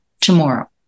tomorrow